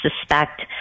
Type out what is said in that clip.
suspect